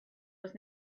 was